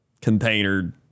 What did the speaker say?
container